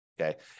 okay